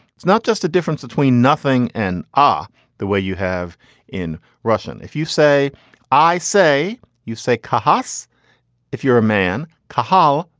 it's not just a difference between nothing and are the way you have in russian. if you say i say you say cos if you're a man, karl,